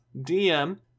dm